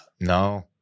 No